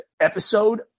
episode